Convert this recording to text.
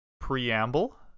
preamble